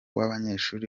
w’abanyeshuri